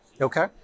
Okay